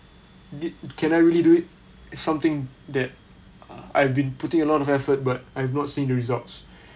did can I really do it something that I've been putting a lot of effort but I have not seen the results